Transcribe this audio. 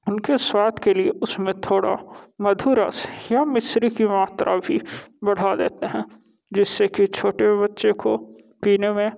उनके स्वाद के लिए उसमें थोड़ा मधुरस या मिश्री की मात्रा भी बढ़ा देते हैं जिससे कि छोटे बच्चे को पीने में